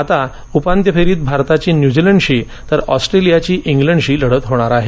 आता उपांत्य फेरीत भारताची न्यूझीलंडशी तर ऑस्ट्रेलियाची इंग्लंडशी लढत होणार आहे